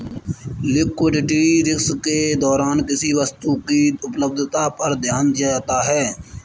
liquidity risk के दौरान किसी वस्तु की उपलब्धता पर ध्यान दिया जाता है